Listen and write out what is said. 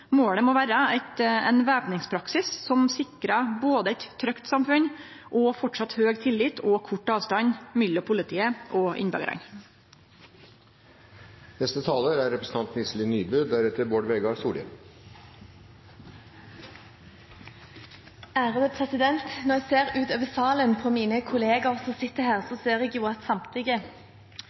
Målet må vere ein væpningspraksis som sikrar både eit trygt samfunn og framleis stor tillit og kort avstand mellom politiet og innbyggjarane. Når jeg ser utover salen på mine kollegaer som sitter her, ser jeg jo at